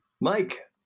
Mike